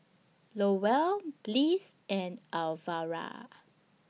Lowell Bliss and Alvera